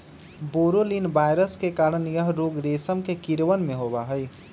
बोरोलीना virus के कारण यह रोग रेशम के कीड़वन में होबा हई